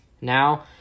now